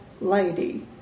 lady